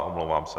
Omlouvám se.